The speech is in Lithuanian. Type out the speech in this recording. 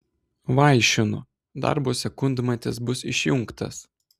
vaišinu darbo sekundmatis bus išjungtas